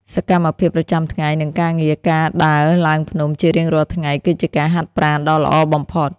សកម្មភាពប្រចាំថ្ងៃ និងការងារការដើរឡើងភ្នំជារៀងរាល់ថ្ងៃគឺជាការហាត់ប្រាណដ៏ល្អបំផុត។